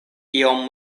iom